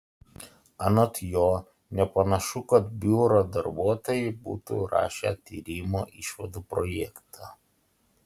anot jo nepanašu kad biuro darbuotojai būtų rašę tyrimo išvadų projektą